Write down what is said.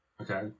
Okay